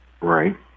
Right